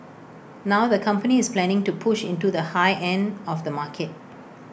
now the company is planning to push into the high end of the market